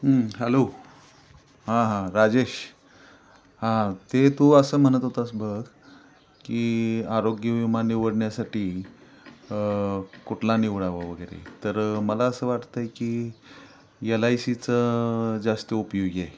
हं हॅलो हां हां राजेश हां ते तू असं म्हणत होतास बघ की आरोग्य विमा निवडण्यासाठी कुठला निवडावं वगैरे तर मला असं वाटतं आहे की यल आय सीच जास्त उपयोगी आहे